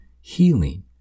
healing